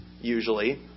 usually